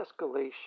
escalation